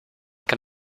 can